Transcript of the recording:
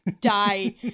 die